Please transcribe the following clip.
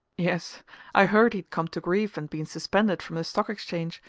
yes i heard he'd come to grief and been suspended from the stock exchange,